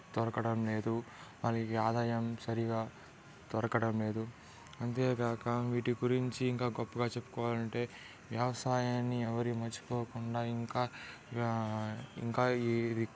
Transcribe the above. దొరకడం లేదు వాళ్ళకి ఆదాయం సరిగ్గా దొరకడం లేదు అంతేగాక వీటి గురించి ఇంకా గొప్పగా చెప్పుకోవాలంటే వ్యవసాయాన్ని ఎవరు మర్చిపోకుండా ఇంకా ఇంకా ఇది